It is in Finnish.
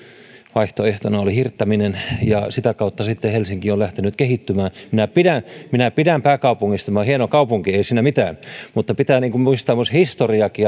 vaihtoehtona oli hirttäminen ja sitä kautta sitten helsinki on lähtenyt kehittymään minä pidän minä pidän pääkaupungista tämä on hieno kaupunki ei siinä mitään mutta pitää muistaa historiakin